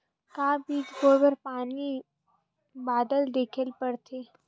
का बीज बोय बर पानी बादल देखेला पड़थे?